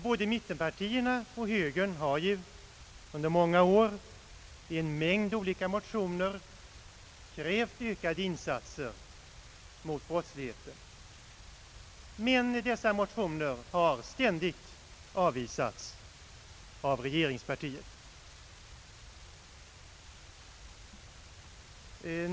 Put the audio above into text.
Både mittenpartierna och högern har under många år i en mängd olika motioner krävt ökade insatser mot brottsligheten, men dessa motioner har ständigt avvisats av regeringspartiet.